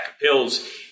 pills